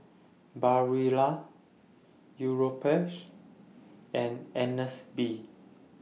Barilla Europace and Agnes B